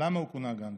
למה הוא כונה גנדי?